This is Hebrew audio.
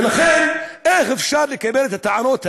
ולכן, איך אפשר לקבל את הטענות האלה,